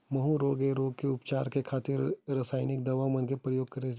माहूँ रोग ऐ रोग के उपचार करे खातिर रसाइनिक दवा मन के परियोग करे जाथे